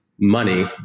money